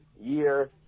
year